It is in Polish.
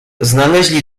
znaleźli